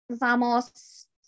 Vamos